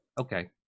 Okay